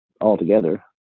altogether